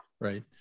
Right